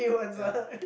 yeah